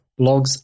blogs